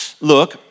look